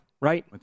right